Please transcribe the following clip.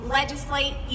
legislate